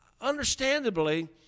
understandably